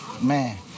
man